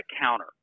counter